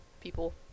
People